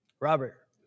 Robert